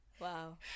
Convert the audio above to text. Wow